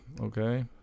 okay